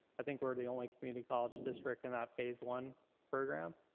i think we're the only community college district in that phase one program.